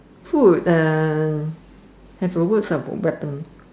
food uh have a words about weapon